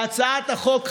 והצעת החוק,